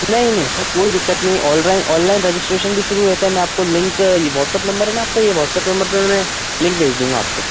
नहीं नहीं सर कोई दिक्कत नहीं है ऑलराइन ऑनलाइन रजिस्ट्रेशन भी शुरू रहता है मैं आपको लिंक ये वॉट्सअप नम्बर है न आपका ये वॉट्सअप नम्बर पर भी मैं लिंक भेज दूँगा आपके